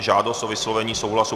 Žádost o vyslovení souhlasu